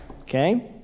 Okay